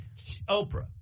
Oprah